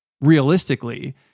realistically